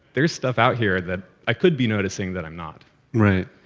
there's stuff out here that i could be noticing that i'm not right.